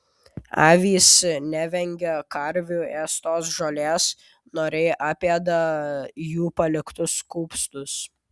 avys nevengia karvių ėstos žolės noriai apėda jų paliktus kupstus